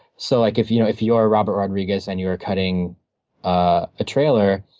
so like if you know if you are robert rodriguez and you are cutting a trailer,